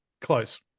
close